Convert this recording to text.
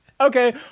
Okay